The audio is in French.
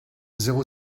zéro